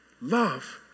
love